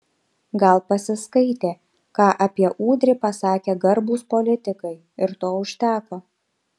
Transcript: gal pasiskaitė ką apie udrį pasakė garbūs politikai ir to užteko